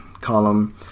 column